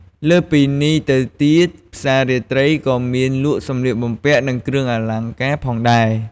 លើសពីនេះទៅទៀតផ្សាររាត្រីក៏មានលក់សម្លៀកបំពាក់និងគ្រឿងអលង្ការផងដែរ។